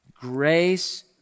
Grace